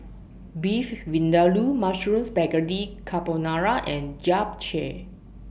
Beef Vindaloo Mushroom Spaghetti Carbonara and Japchae